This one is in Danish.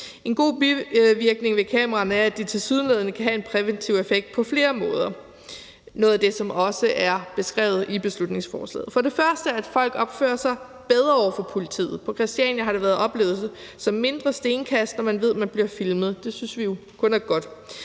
En god bivirkning ved kameraerne er, at de tilsyneladende kan have en præventiv effekt på flere måder – det er noget af det, som også er beskrevet i beslutningsforslaget – nemlig for det første, at folk opfører sig bedre over for politiet. På Christiania har det været oplevet som et mindre omfang af stenkast, når man ved, at man bliver filmet. Det synes vi jo kun er godt.